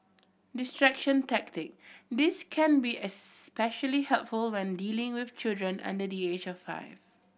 distraction tactic this can be especially helpful when dealing with children under the age of five